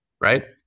right